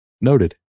noted